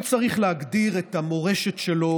אם צריך להגדיר את המורשת שלו